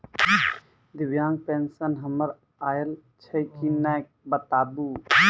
दिव्यांग पेंशन हमर आयल छै कि नैय बताबू?